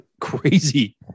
crazy